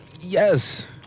Yes